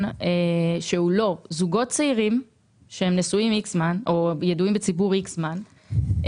שהוא לא זוגות צעירים שנשואים איקס או ידועים בציבור איקס זמן,